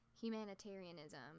humanitarianism